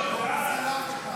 ההסתייגות לא התקבלה.